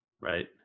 right